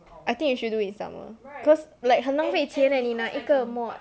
I think you should do in summer cause like 很浪费钱 leh 你拿一个 mod